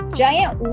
giant